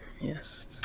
yes